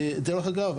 ודרך אגב,